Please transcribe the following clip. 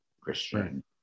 Christian